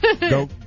go